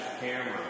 camera